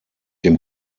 dem